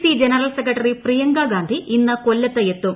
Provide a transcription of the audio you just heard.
C general secretary Priyanka Gandhi ഇന്ന് കൊല്ലത്ത് എത്തും